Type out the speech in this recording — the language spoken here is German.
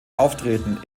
auftreten